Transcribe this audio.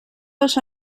això